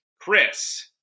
Chris